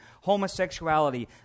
homosexuality